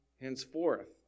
henceforth